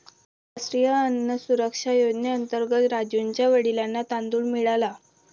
राष्ट्रीय अन्न सुरक्षा योजनेअंतर्गत राजुच्या वडिलांना तांदूळ मिळाला